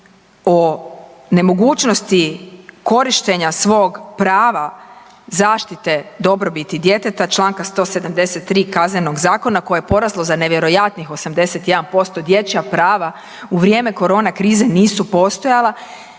o nemogućnosti korištenja svog prava zaštite dobrobiti djeteta članka 173. Kaznenog zakona koje je poraslo za nevjerojatnih 81%, dječja prava u vrijeme corona krize nisu postojala,